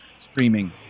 streaming